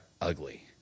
ugly